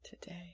today